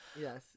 yes